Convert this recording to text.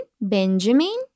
Benjamin